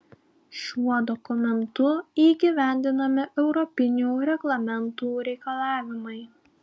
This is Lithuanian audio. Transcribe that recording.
šiuo dokumentu įgyvendinami europinių reglamentų reikalavimai